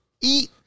eat